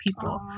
people